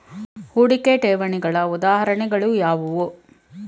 ಹೂಡಿಕೆ ಠೇವಣಿಗಳ ಉದಾಹರಣೆಗಳು ಯಾವುವು?